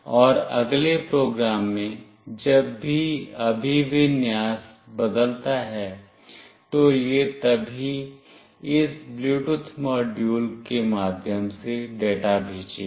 और अगले प्रोग्राम में जब भी अभिविन्यास बदलता है तो यह तभी इस ब्लूटूथ मॉड्यूल के माध्यम से डेटा भेजेगा